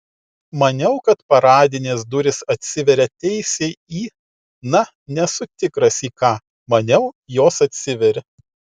maniau kad paradinės durys atsiveria teisiai į na nesu tikras į ką maniau jos atsiveria